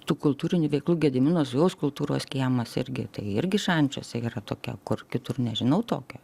tų kultūrinių veiklų gedimino zujaus kultūros kiemas irgi irgi šančiuose yra tokia kur kitur nežinau tokio